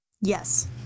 yes